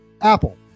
Apple